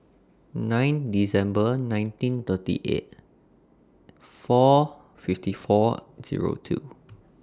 nine December nineteen thirty eight four fifty four two O two